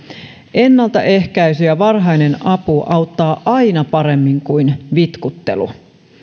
ennaltaehkäisy ja varhainen apu auttavat aina paremmin kuin vitkuttelu